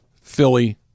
Philly